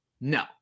no